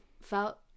felt